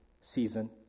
season